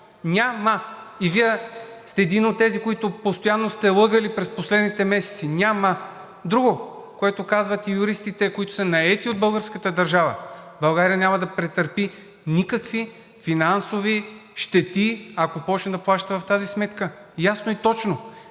Няма! И Вие сте един от тези, които постоянно сте лъгали през последните месеци. Няма! Друго, което казват и юристите, които са наети от българската държава – България няма да претърпи никакви финансови щети, ако започне да плаща в тази сметка. Ясно и точно!